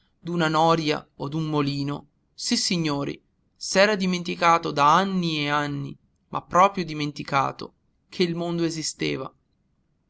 nòria o d'un molino sissignori s'era dimenticato da anni e anni ma proprio dimenticato che il mondo esisteva